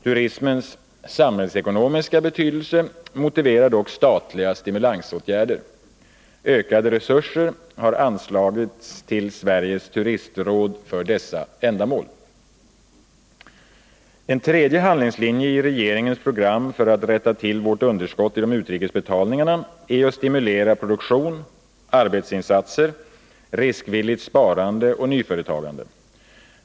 Turismens samhällsekonomiska betydelse motiverar dock statliga stimulansåtgärder. Ökade resurser har anslagits till Sveriges turistråd för dessa ändamål. En tredje handlingslinje i regeringens program för att rätta till vårt underskott i de utrikes betalningarna är att stimulera produktion, arbetsinsatser, riskvilligt sparande och nyföretagande.